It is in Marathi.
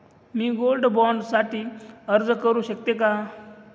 मी गोल्ड बॉण्ड साठी अर्ज करु शकते का?